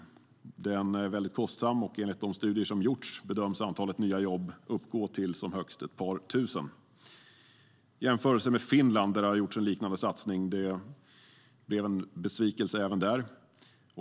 Den är mycket kostsam. Enligt de studier som har gjorts bedöms antalet nya jobb uppgå till som högst ett par tusen. Man kan jämföra med Finland, där det har gjorts en liknande satsning, som även där blev en besvikelse.